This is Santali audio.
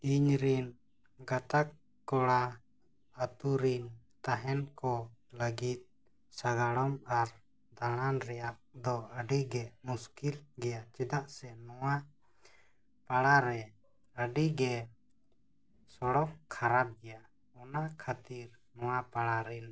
ᱤᱧᱨᱮᱱ ᱜᱟᱛᱟᱠ ᱠᱚᱲᱟ ᱟᱹᱛᱩᱨᱮ ᱛᱟᱦᱮᱱ ᱠᱚ ᱞᱟᱹᱜᱤᱫ ᱥᱟᱜᱟᱲᱚᱢ ᱟᱨ ᱫᱟᱬᱟᱱ ᱨᱮᱭᱟᱜ ᱫᱚ ᱟᱹᱰᱤᱜᱮ ᱢᱩᱥᱠᱤᱞ ᱜᱮᱭᱟ ᱪᱮᱫᱟᱜ ᱥᱮ ᱱᱚᱣᱟ ᱯᱟᱲᱟᱨᱮ ᱟᱹᱰᱤᱜᱮ ᱥᱚᱲᱚᱠ ᱠᱷᱟᱨᱟᱯ ᱜᱮᱭᱟ ᱚᱱᱟ ᱠᱷᱟᱹᱛᱤᱨ ᱱᱚᱣᱟ ᱯᱟᱲᱟᱨᱮᱱ